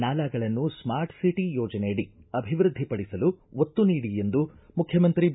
ನಾಲಾಗಳನ್ನು smart city ಯೋಜನೆಯಡಿ ಅಭಿವೃದ್ಧಿ ಪಡಿಸಲು ಒತ್ತು ನೀಡಿ ಎಂದು ಮುಖ್ಯಮಂತ್ರಿ ಬಿ